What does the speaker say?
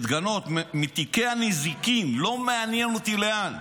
את גנות, מתיקי הנזיקין, לא מעניין אותי לאן.